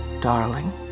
darling